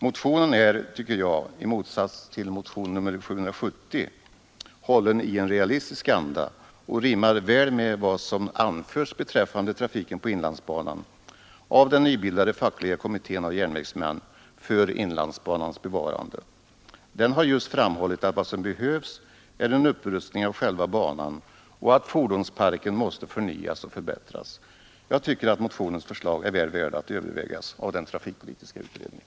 Motionen är, tycker jag, i motsats till motionen 770 hållen i en realistisk anda och rimmar väl med vad som anförts beträffande trafiken på inlandsbanan av den nybildade fackliga kommittén av järnvägsmän för inlandsbanans bevarande. Den har just framhållit att vad som behövs är en upprustning av själva banan och att fordonsparken måste förnyas och förbättras. Jag tycker att motionens förslag är väl värda att övervägas av den trafikpolitiska utredningen.